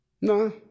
No